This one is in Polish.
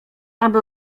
aby